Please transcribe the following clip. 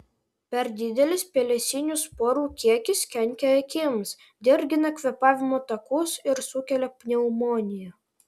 per didelis pelėsinių sporų kiekis kenkia akims dirgina kvėpavimo takus ir sukelia pneumoniją